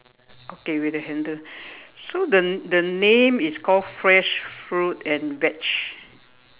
okay with the handle so the the name is called fresh fruit and veg